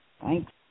Thanks